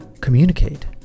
communicate